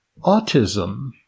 autism